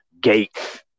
Gates